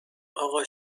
آقا